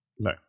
No